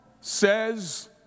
says